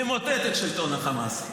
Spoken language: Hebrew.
למוטט את שלטון החמאס,